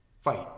Fight